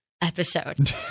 episode